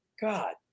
God